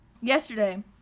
yesterday